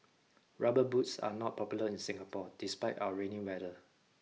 rubber boots are not popular in Singapore despite our rainy weather